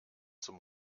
zum